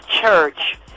Church